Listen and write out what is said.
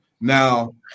Now